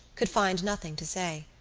could find nothing to say.